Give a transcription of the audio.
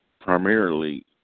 primarily